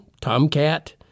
Tomcat